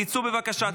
תצאו בבקשה,